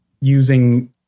using